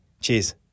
Cheers